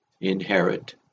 inherit